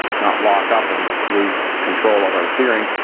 not lock up and lose control of our steering.